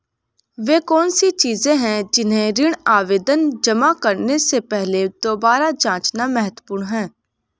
वे कौन सी चीजें हैं जिन्हें ऋण आवेदन जमा करने से पहले दोबारा जांचना महत्वपूर्ण है?